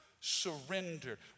surrender